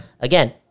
Again